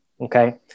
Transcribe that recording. Okay